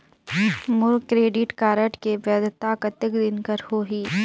मोर credit card के वैधता कतेक दिन कर होही?